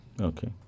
Okay